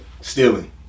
stealing